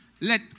let